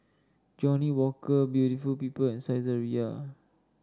Johnnie Walker Beauty People and Saizeriya